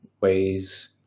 ways